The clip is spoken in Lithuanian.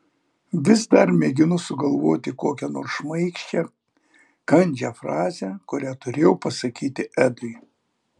vis dar mėginu sugalvoti kokią nors šmaikščią kandžią frazę kurią turėjau pasakyti edui